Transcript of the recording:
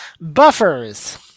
Buffers